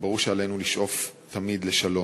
וברור שעלינו לשאוף תמיד לשלום.